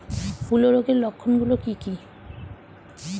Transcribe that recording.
হূলো রোগের লক্ষণ গুলো কি কি?